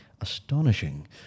astonishing